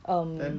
um